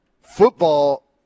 Football –